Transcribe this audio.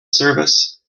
service